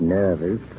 nervous